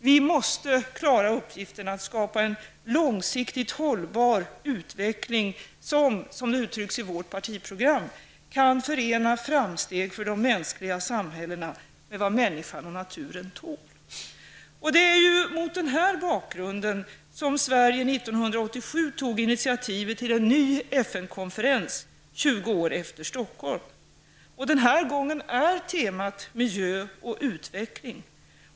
Vi måste klara uppgiften att skapa en långsiktigt hållbar utveckling som -- såsom det uttrycks i vårt partiprogram -- kan förena framsteg för de mänskliga samhällena med vad människorna och naturen tål. Det var mot den här bakgrunden som Sverige år 1987 tog initaitivet till en ny FN-konferens, 20 år efter Stockholmskonferensen. Den här gången är temat Miljö och utveckling.